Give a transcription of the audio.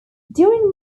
during